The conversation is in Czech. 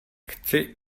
chci